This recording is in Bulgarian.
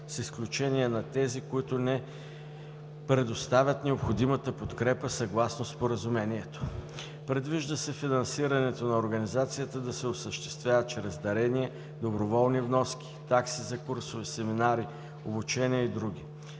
с изключение на тези, които не предоставят необходимата подкрепа съгласно споразумението. Предвижда се финансирането на Организацията да се осъществява чрез дарения, доброволни вноски, такси за курсове, семинари, обучения и други.